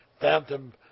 phantom